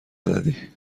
زدی